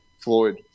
Floyd